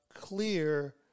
clear